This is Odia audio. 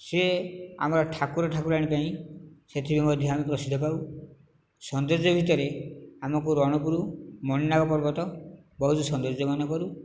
ସିଏ ଆମର ଠାକୁର ଠାକୁରାଣୀ ପାଇଁ ସେଥିରୁ ମଧ୍ୟ ଆମେ ପ୍ରସିଦ୍ଧ ପାଉ ସୌନ୍ଦର୍ଯ୍ୟ ଭିତରେ ଆମକୁ ରଣପୁର ମଣିନାଗ ପର୍ବତ ବହୁତ ସୌନ୍ଦର୍ଯ୍ୟ ମନେ କରୁ